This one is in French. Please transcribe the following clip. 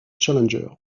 challenger